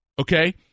Okay